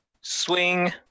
Swing